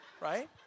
right